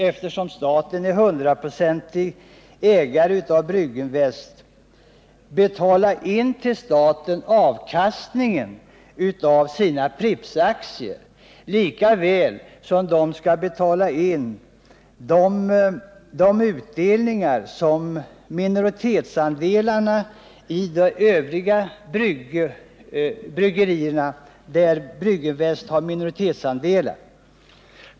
Eftersom staten är hundraprocentig ägare av företaget Brygginvest, skall bolaget självfallet till staten betala in avkastningen av sina Prippsaktier lika väl som utdelningarna från de övriga bryggerier där Brygginvest har minoritetsandelar.